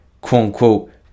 quote-unquote